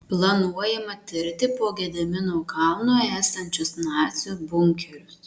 planuojama tirti po gedimino kalnu esančius nacių bunkerius